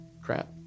crap